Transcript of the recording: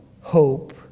hope